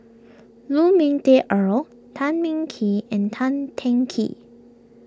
Lu Ming Teh Earl Tan Ming Kee and Tan Teng Kee